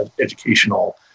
educational